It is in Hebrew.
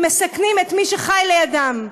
שמסכנים את מי שחי לידם.